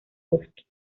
bosque